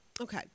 Okay